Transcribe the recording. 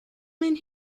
mean